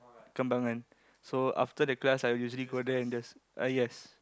Kembangan so after the class I would usually go there and just ah yes